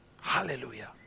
Hallelujah